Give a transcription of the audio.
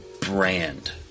brand